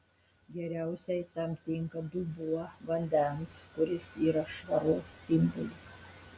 geriausiai tam tinka dubuo vandens kuris yra švaros simbolis